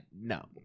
no